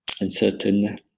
uncertain